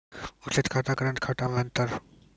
बचत खाता करेंट खाता मे अंतर?